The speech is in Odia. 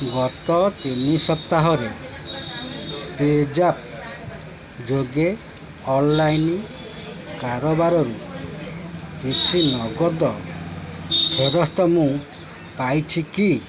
ଗତ ତିନି ସପ୍ତାହରେ ପେ ଜାପ୍ ଯୋଗେ ଅନଲାଇନ୍ କାରବାରରୁ କିଛି ନଗଦ ଫେରସ୍ତ ମୁଁ ପାଇଛି କି